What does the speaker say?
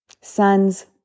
Sons